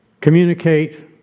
communicate